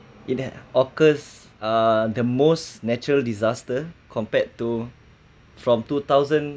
it had occurs uh the most natural disaster compared to from two thousand